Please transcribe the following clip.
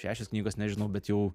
šešios knygos nežinau bet jau